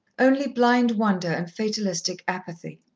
only blind wonder and fatalistic apathy.